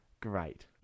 Great